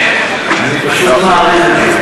אני פשוט מעריך את זה.